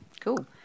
Cool